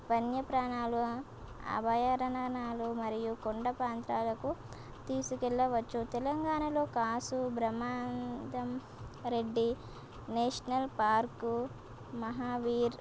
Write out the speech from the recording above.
వన్యప్రాాణులు అభయారణ్యాలు మరియు కొండ పాంత్రాలకు తీసుకెళ్ళవచ్చు తెలంగాణలో కాసు బ్రహ్మాందం రెడ్డి నేషనల్ పార్కు మహావీర్